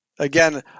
again